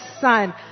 son